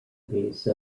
base